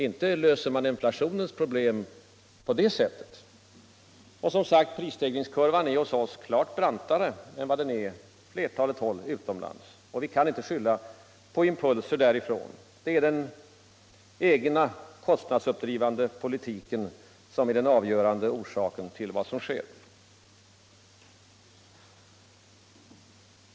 Inte löser man inflationens problem på det sättet. Och prisstegringskurvan är hos oss, som sagt, klart brantare än vad den är på flertalet håll utomlands. Vi kan inte skylla på impulser därifrån. Det är den egna kostnadsuppdrivande politiken som är den avgörande orsaken till vad som sker.